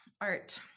art